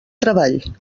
treball